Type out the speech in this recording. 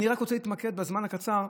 אני רק רוצה להתמקד בזמן הקצר,